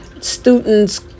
students